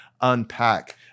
unpack